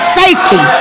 safety